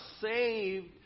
saved